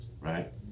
right